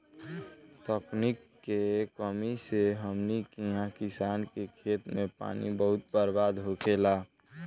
तकनीक के कमी से हमनी किहा किसान के खेत मे पानी बहुत बर्बाद होखेला